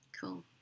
Cool